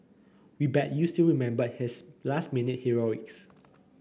we bet you still remember his last minute heroics